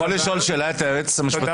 אני יכול לשאול שאלה את היועץ המשפטי?